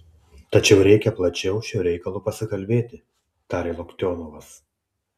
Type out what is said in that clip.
tačiau reikia plačiau šiuo reikalu pasikalbėti tarė loktionovas